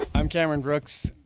i'm cameron brooks,